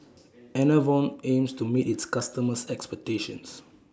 Enervon aims to meet its customers' expectations